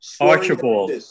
Archibald